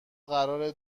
قراره